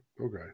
Okay